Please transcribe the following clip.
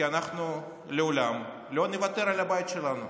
כי אנחנו לעולם לא נוותר על הבית שלנו,